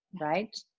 right